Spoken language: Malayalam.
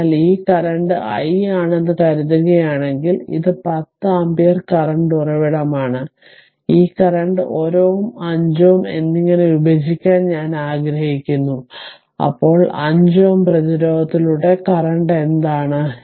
അതിനാൽ ഈ കറന്റ് i ആണെന്ന് കരുതുകയാണെങ്കിൽ ഇത് 10 ആമ്പിയർ കറന്റ് ഉറവിടമാണ് ഈ കറന്റ് 1 Ω 5 Ω എന്നിങ്ങനെ വിഭജിക്കാൻ ഞാൻ ആഗ്രഹിക്കുന്നു അപ്പോൾ 5 Ω പ്രതിരോധത്തിലൂടെ കറന്റ് എന്താണ്